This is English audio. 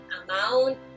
amount